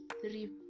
three